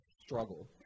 struggle